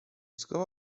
zgoła